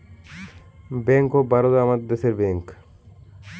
bank of Baroda আমাদের দেশের bank